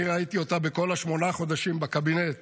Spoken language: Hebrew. אני ראיתי אותה בכל שמונת החודשים בקבינט